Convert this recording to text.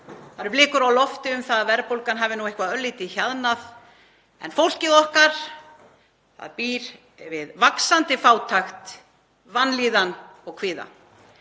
Það eru blikur á lofti um að verðbólgan hafi eitthvað örlítið hjaðnað en fólkið okkar býr við vaxandi fátækt, vanlíðan og kvíða.